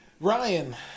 Ryan